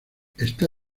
está